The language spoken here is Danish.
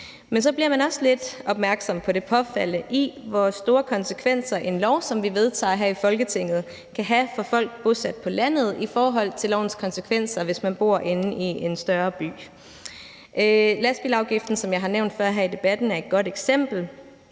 Men så bliver man også lidt opmærksom på det påfaldende i, hvor store konsekvenser en lov, som vi vedtager her i Folketinget, kan have for folk bosat på landet i forhold til lovens konsekvenser, hvis man bor inde i en større by. Lastbilafgiften, som jeg har nævnt før her i debatten, er et godt eksempel.